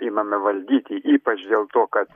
imame valdyti ypač dėl to kad